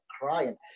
crying